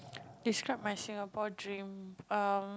describe my Singapore dream um